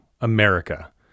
America